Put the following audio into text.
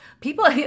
people